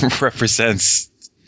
represents